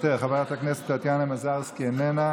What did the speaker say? חברת הכנסת טטיאנה מזרסקי, איננה,